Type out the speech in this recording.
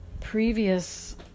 previous